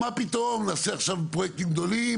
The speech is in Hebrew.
מה פתאום נעשה עכשיו פרויקטים גדולים,